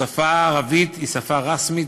השפה הערבית היא שפה רשמית